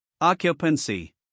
Occupancy